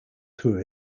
through